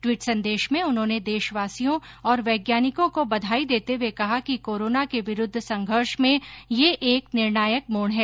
tweet संदेश में उन्होंने देशवासियों और वैज्ञानिकों को बधाई देते हुए कहा कि कोरोना के विरूद्व संघर्ष में यह एक निर्णायक मोड है